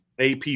AP